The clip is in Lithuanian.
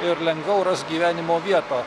ir lengviau ras gyvenimo vietą